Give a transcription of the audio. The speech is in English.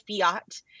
Fiat